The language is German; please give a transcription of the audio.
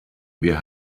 wir